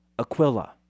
Aquila